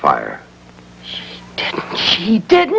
fire she didn't